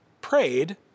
prayed